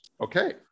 Okay